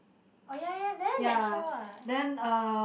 oh yeah yeah yeah there that show ah